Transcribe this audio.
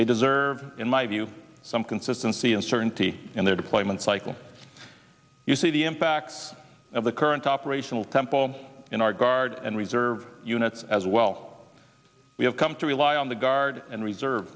they deserve in my view some consistency and certainty in their deployment cycle you see the impacts of the current operational temple in our guard and reserve units as well we have come to rely on the guard and reserve